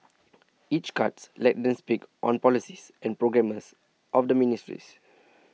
each cut lets them speak on the policies and programmes of the ministries